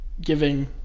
giving